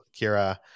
Kira